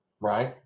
Right